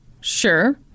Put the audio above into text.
Sure